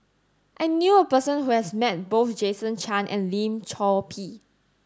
I knew a person who has met both Jason Chan and Lim Chor Pee